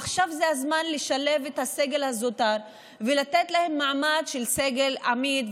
עכשיו זה הזמן לשלב את הסגל הזוטר ולתת להם מעמד של סגל עמיד,